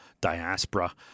diaspora